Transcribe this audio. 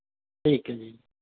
ਠੀਕ ਹੈ ਜੀ